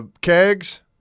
Kegs